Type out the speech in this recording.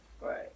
Right